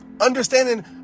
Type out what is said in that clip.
understanding